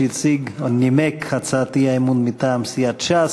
שהציג ונימק הצעת אי-אמון מטעם סיעת ש"ס.